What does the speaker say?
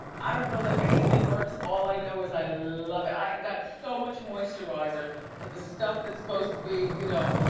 i don't know that anything works, all i know is i love it, i got so much moisturizer that the stuff that's supposed to be, you know,